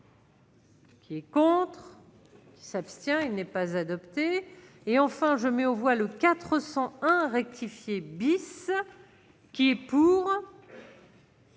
Qui est contre. S'abstient, il n'est pas adopté et enfin je mets aux voix le 401 rectifié bis qui est pour.